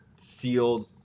sealed